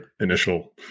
initial